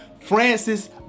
Francis